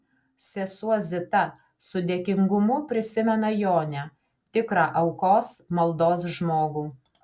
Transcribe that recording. sesuo zita su dėkingumu prisimena jonę tikrą aukos maldos žmogų